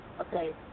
okay